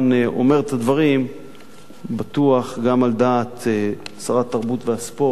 אומר את הדברים גם על דעת שרת התרבות והספורט,